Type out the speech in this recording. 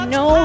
no